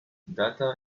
data